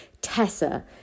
Tessa